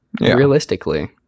Realistically